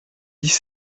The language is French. dix